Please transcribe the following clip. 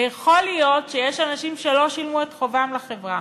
ויכול להיות שיש אנשים שלא שילמו את חובם לחברה,